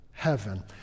heaven